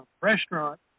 restaurant